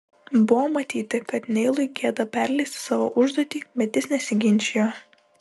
buvo matyti kad neilui gėda perleisti savo užduotį bet jis nesiginčijo